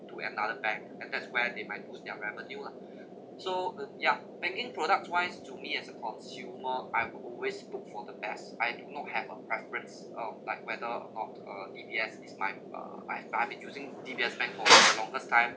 to another bank and that's where they might loose their revenue lah so the yeah bank in products wise to me as a consumer I would always book for the best I do not have a preference of like whether of a D_B_S is mine uh I've ban~ been using D_B_S bank for the longest time